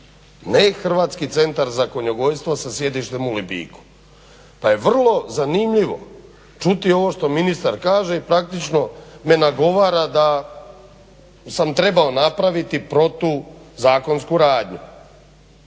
ne Hrvatski centar za konjogojstvo sa sjedištem u Lipiku. Pa je vrlo zanimljivo čuti ovo što ministar kaže praktično me nagovora da sam trebao napraviti protuzakonsku radnju.